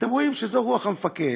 אתם רואים שזו רוח המפקד,